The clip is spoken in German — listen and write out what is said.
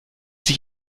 sich